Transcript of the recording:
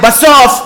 ובסוף,